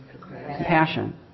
compassion